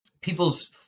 people's